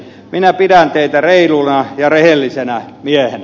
minä pidän teitä reiluna ja rehellisenä miehenä